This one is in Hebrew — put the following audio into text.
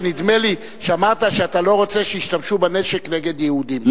ונדמה לי שאמרת שאתה לא רוצה שישתמשו בנשק נגד יהודים.